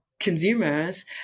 consumers